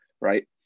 right